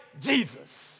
Jesus